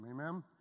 Amen